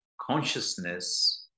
consciousness